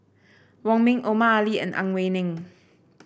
Wong Ming Omar Ali and Ang Wei Neng